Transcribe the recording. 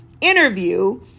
interview